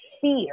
fear